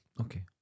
Okay